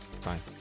Fine